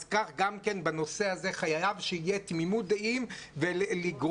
אז גם כן בנושא הזה חייב שיהיה תמימות דעים ולגרום